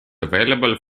available